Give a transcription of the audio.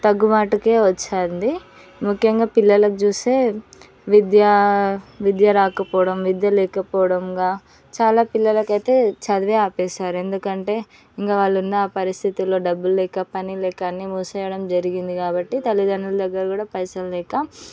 తగ్గుపాటుకే వచ్చింది ముఖ్యంగా పిల్లలకి చూస్తే విద్యా విద్య రాకపోవడం విద్య లేకపోవడంగా చాలా పిల్లలకైతే చదువే ఆపేసారు ఎందుకంటే ఇంకా వాళ్ళు ఉన్న పరిస్థితులలో డబ్బులు లేక పని లేక అన్ని మూసేయడం జరిగింది కాబట్టి తల్లిదండ్రుల దగ్గర కూడా పైసలు లేక